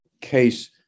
case